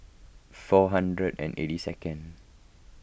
four hundred and eighty second